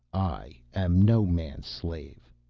i am no man's slave.